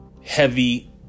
heavy